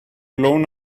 blown